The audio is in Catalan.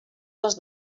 les